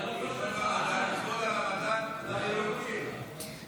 ההצעה להעביר את הצעת חוק להסדרת עיסוק במקצועות הבריאות (תיקון,